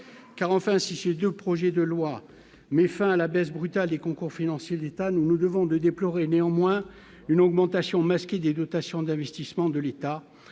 car enfin, si j'ai 2 projets de loi met fin à la baisse brutale des concours financiers de l'État, nous nous devons de déplorer néanmoins une augmentation des dotations d'investissement de l'État,